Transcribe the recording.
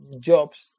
jobs